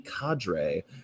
cadre